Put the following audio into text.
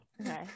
Okay